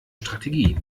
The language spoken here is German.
strategie